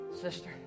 sister